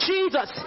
Jesus